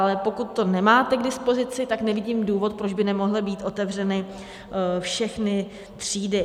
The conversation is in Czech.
Ale pokud to nemáte k dispozici, tak nevidím důvod, proč by nemohly být otevřeny všechny třídy.